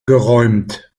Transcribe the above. geräumt